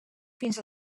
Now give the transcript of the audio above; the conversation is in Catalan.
fins